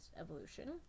evolution